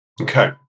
Okay